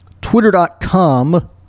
twitter.com